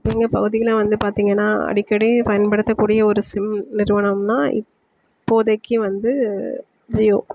எங்கள் பகுதியில வந்து பார்த்திங்கன்னா அடிக்கடி பயன்படுத்தக்கூடிய ஒரு சிம் நிறுவனம்னா இப்போதைக்கு வந்து ஜியோ